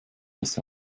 dass